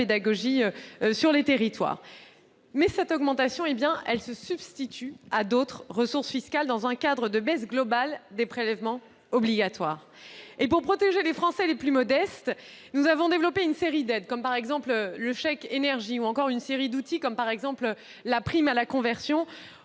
dans les territoires. Cette augmentation se substitue à d'autres ressources fiscales, dans un contexte de baisse globale des prélèvements obligatoires. C'est faux ! Pour protéger les Français les plus modestes, nous avons développé une série d'aides, comme le chèque énergie, ou encore une série d'outils, comme la prime à la conversion